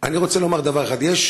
אני רוצה לומר דבר אחד: יש